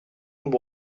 and